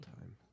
time